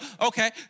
Okay